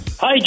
Hi